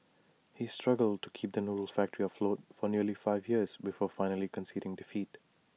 he struggled to keep the noodle factory afloat for nearly five years before finally conceding defeat